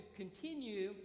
continue